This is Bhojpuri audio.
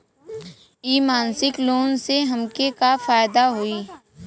इ मासिक लोन से हमके का फायदा होई?